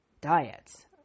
diets